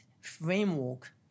framework